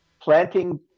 planting